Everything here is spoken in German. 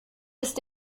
ist